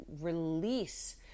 release